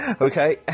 Okay